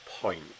point